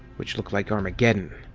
which looked like armageddon.